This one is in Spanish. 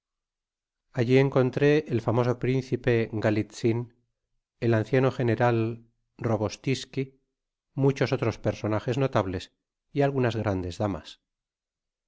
alli encontré el famoso principe galitz'n el anciano general robostiski muchos otros personajes notables y algunas grandes damas